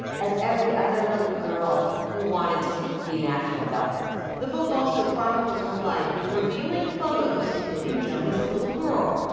as every other little girl who wanted to be national velvet. the book also chronicles her life with revealing photos, including joan as a little girl.